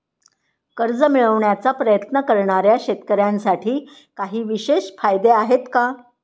कर्ज मिळवण्याचा प्रयत्न करणाऱ्या शेतकऱ्यांसाठी काही विशेष फायदे आहेत का?